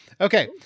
Okay